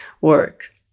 work